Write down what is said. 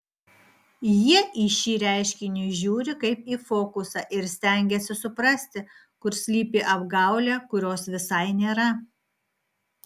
jie į šį reiškinį žiūri kaip į fokusą ir stengiasi suprasti kur slypi apgaulė kurios visai nėra